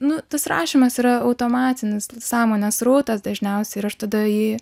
nu tas rašymas yra automatinis sąmonės srautas dažniausiai ir aš tada jį